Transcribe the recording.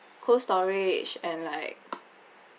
cold storage and like